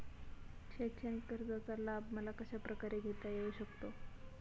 शैक्षणिक कर्जाचा लाभ मला कशाप्रकारे घेता येऊ शकतो?